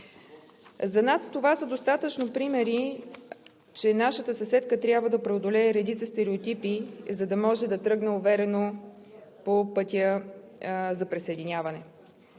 За нас са достатъчно примерите, че нашата съседка трябва да преодолее редица стереотипи, за да може да тръгне уверено по пътя за присъединяване.